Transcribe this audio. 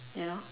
you know